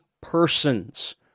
persons